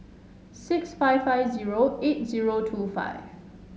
six five five zero eight zero two five